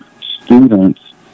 students